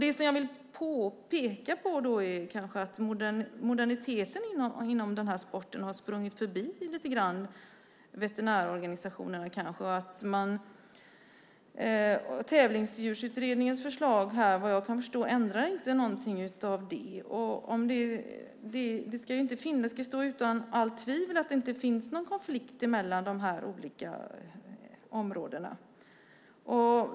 Det som jag vill peka på är att moderniteten inom den här sporten lite grann har sprungit förbi veterinärorganisationerna, och vad jag förstår ändrar inte Tävlingsdjursutredningens förslag på detta. Det ska ju stå utom allt tvivel att det inte finns några konflikter mellan de olika områdena.